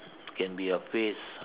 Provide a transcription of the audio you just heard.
can be a phrase